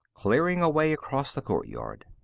clearing a way across the courtyard.